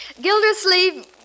Gildersleeve